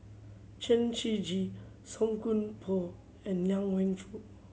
Chen Shiji Song Koon Poh and Liang Wenfu